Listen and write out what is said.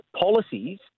policies